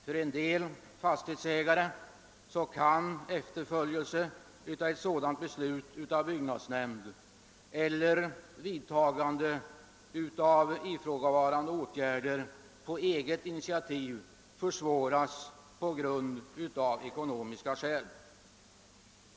För en del fastighetsägare kan efterföljelse av ett sådant beslut av byggnadsnämnd eller vidtagande av ifrågavarande åtgärder på eget initiativ försvåras av ekonomiska skäl.